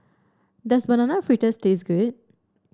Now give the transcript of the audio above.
does Banana Fritters taste good